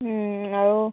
আৰু